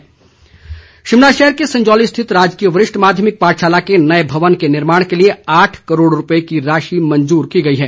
सुरेश भारद्वाज शिमला शहर के संजौली स्थित राजकीय वरिष्ठ माध्यमिक पाठशाला के नए भवन के निर्माण के लिए आठ करोड़ रुपए की राशि मंजूर की गई है